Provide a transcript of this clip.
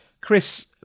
Chris